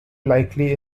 unlikely